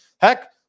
Heck